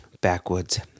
Backwoods